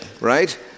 right